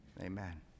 Amen